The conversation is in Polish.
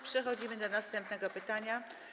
Przechodzimy do następnego pytania.